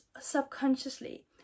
subconsciously